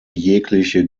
jegliche